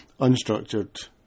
unstructured